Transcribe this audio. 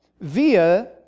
via